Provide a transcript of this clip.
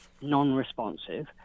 non-responsive